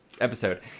episode